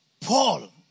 Paul